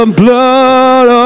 blood